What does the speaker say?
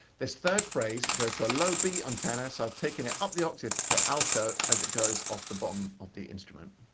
this third phrase goes to a low b on tenor, so i've taken it up the octave for alto as it goes off the bottom of the instrument.